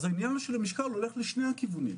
אז עניין המשקל הולך לשני הכיוונים.